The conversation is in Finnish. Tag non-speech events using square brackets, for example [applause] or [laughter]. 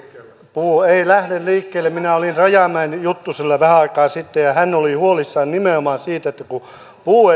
puu ei lähde liikkeelle minä olin rajamäen juttusilla vähän aikaa sitten ja hän oli huolissaan nimenomaan siitä kun puu [unintelligible]